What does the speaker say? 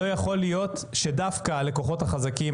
לא יכול להיות שדווקא הלקוחות החזקים,